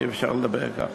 אי-אפשר לדבר כך